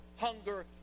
hunger